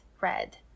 red